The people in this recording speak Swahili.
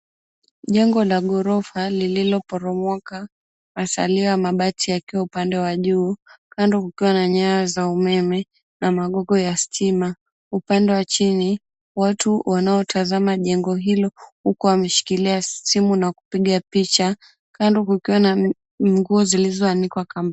Jengo la ghorofa, lililoporomoka. Masalio ya mabati yakiwa upande wa juu, kando kukiwa na nyaya za umeme, na magogo ya stima. Upande wa chini, watu wanaotazama jengo hilo, huku wameshikilia simu na kupiga picha. Kando kukiwa na nguo zilizoanikwa kamba.